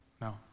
No